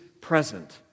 present